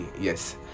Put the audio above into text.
yes